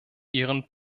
ihren